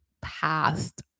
past